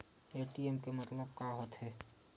ATM के मतलब का होथे?